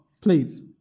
Please